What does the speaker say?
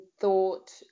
thought